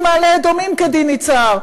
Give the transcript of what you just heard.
דין מעלה-אדומים כדין יצהר,